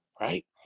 right